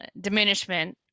diminishment